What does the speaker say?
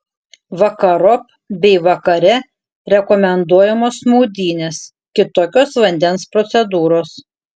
vakarop bei vakare rekomenduojamos maudynės kitokios vandens procedūros